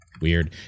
weird